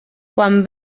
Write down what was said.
quan